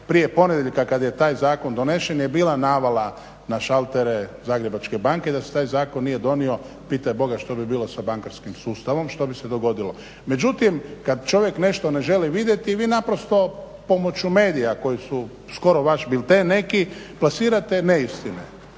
prije ponedjeljka kad je taj zakon donesen je bila navala na šaltere Zagrebačke banke. Da se taj zakon nije donio pitaj boga što bi bilo sa bankarskim sustavom, što bi se dogodilo. Međutim, kad čovjek nešto ne želi vidjeti vi naprosto pomoću medija koji su skoro vaš bilten neki plasirate neistine.